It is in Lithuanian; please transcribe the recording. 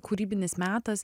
kūrybinis metas